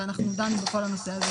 ואנחנו דנו בכל הנושא הזה.